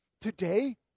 today